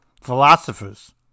Philosophers